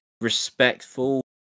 respectful